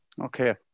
Okay